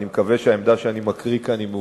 ואני מקווה שהעמדה שאני מקריא כאן היא מעודכנת,